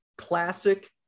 Classic